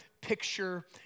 picture